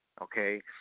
okay